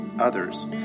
others